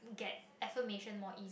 get affirmation more ease